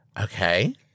Okay